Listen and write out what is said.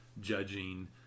judging